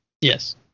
Yes